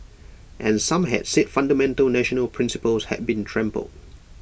and some had said fundamental national principles had been trampled